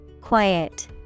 Quiet